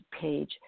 page